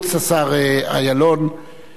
תודה רבה.